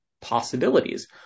possibilities